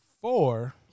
Four